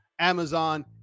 Amazon